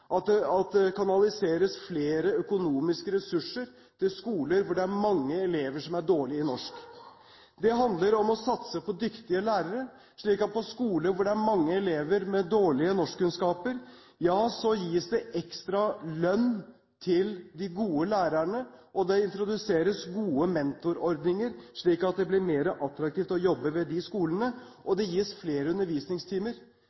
at det kanaliseres flere økonomiske ressurser til skoler hvor det er mange elever som er dårlige i norsk. Det handler om å satse på dyktige lærere, slik at det på skoler hvor det er mange elever med dårlige norskkunnskaper, gis ekstra lønn til de gode lærerne. Det introduseres gode mentorordninger, slik at det blir attraktivt å jobbe ved de skolene, og